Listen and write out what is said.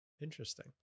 Interesting